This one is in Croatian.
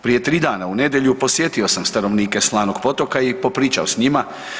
Prije 3 dana, u nedjelju, posjetio sam stanovnike Slanog Potoka i popričao s njima.